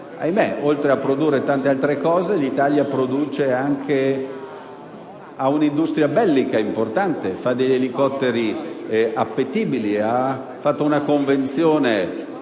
oltre a produrre tante altre cose, l'Italia ha un'industria bellica importante che produce elicotteri appetibili e ha stipulato una convenzione